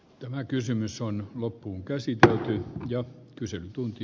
tämä kysymys on loppuun käsitelty ja kyselytunti